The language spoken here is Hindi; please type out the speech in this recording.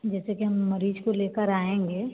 जैसे कि हम मरीज़ को लेकर आएँगे